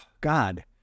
God